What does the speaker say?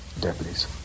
deputies